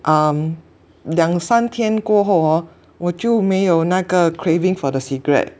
um 两三天过后 hor 我就没有那个 craving for the cigarette